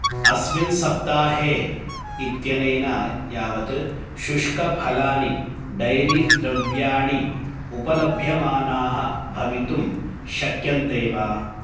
अस्मिन् सप्ताहे इत्यनेन यावत् शुष्कफलानि डैरी द्रव्याणि उपलभ्यमानाः भवितुं शक्यन्ते वा